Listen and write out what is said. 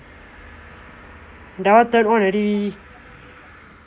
that one third one already